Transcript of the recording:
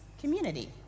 community